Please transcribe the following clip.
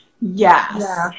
Yes